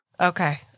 Okay